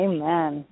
Amen